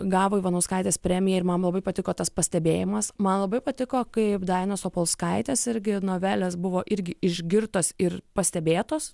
gavo ivanauskaitės premiją ir man labai patiko tas pastebėjimas man labai patiko kaip dainos apolskaitės irgi novelės buvo irgi išgirtos ir pastebėtos